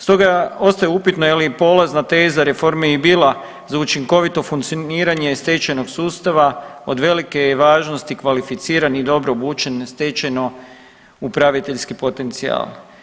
Stoga ostaje upitno je li polazna teza reforme i bila za učinkovito funkcioniranje stečajnog sustava od velike je važnosti kvalificirani i dobro obučen stečajno upraviteljski potencijal.